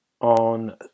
on